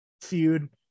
Feud